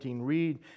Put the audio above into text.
Read